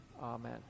Amen